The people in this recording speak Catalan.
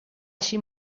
així